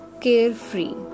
carefree